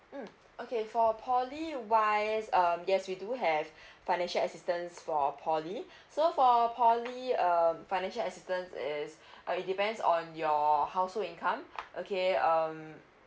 mm okay for poly wise um yes we do have financial assistance for poly so for poly um financial assistance is uh it depends on your household income okay um